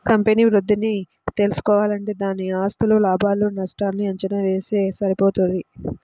company వృద్ధిని తెల్సుకోవాలంటే దాని ఆస్తులు, లాభాలు నష్టాల్ని అంచనా వేస్తె సరిపోతది